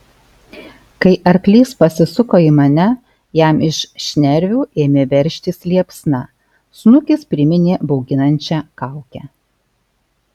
kai arklys pasisuko į mane jam iš šnervių ėmė veržtis liepsna snukis priminė bauginančią kaukę